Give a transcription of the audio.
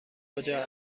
کجا